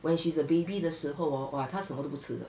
when she's a baby 的时候 hor !wah! 她什么都不吃